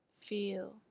feel